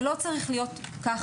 זה לא צריך להיות ככה.